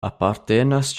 apartenas